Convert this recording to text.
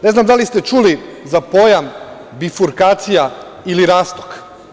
Ne znam da li ste čuli za pojam bifurkacija ili rastok.